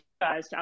guys